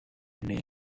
name